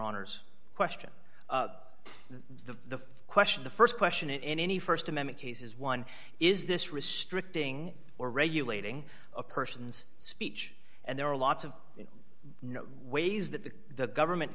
honor's question the st question the st question in any st amendment case is one is this restricting or regulating a person's speech and there are lots of no ways that the government